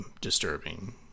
disturbing